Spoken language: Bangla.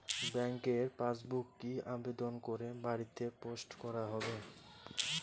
ব্যাংকের পাসবুক কি আবেদন করে বাড়িতে পোস্ট করা হবে?